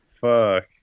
Fuck